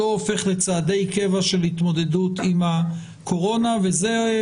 לא הופך לצעדי קבע של התמודדות עם הקורונה וכאן